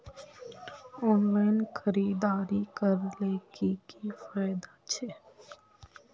Online खरीदारी करले की की फायदा छे?